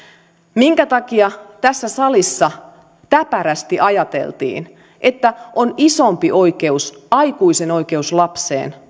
minkä takia tässä salissa täpärästi ajateltiin että isompi oikeus on aikuisen oikeus lapseen